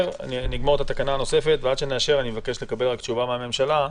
נגמור לדון בתקנה הנוספת ועד שנאשר אני מבקש לקבל תשובה מן הממשלה.